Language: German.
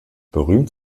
berühmt